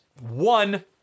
One